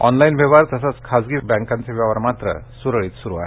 online व्यवहार तसच खासगी बैंकांचे व्यवहार मात्र सुरळीत सुरू आहेत